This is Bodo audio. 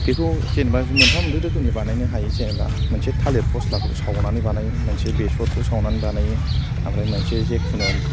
बेखौ जेनेबा जों मोनथाम मोनब्रै रोखोमनि बानायनो हायो जेनेबा मोनसे थालेर फस्लाखौ सावनानै बानायो मोनसे बेसरखौ सावनानै बानायो ओमफ्राय मोनसे जायखिजाया